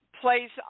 place